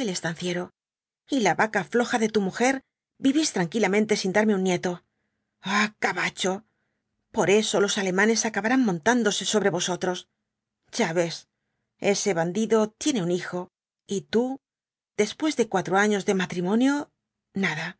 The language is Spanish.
el estanciero y la vaca floja de tu mujer vivís tranquilamente sin darme un nieto ah gabacho por eso los alemanes acabarán montándose soldre vosotros ya ves ese bandido tiene un hijo y tú después de cuatro años de matrimonio nada